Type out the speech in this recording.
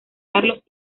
carlos